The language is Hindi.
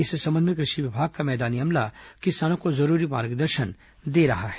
इस संबंध में कृषि विभाग का मैदानी अमला किसानों को जरूरी मार्गदर्शन दे रहा है